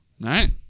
right